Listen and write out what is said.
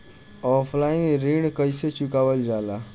Offline ऋण कइसे चुकवाल जाला?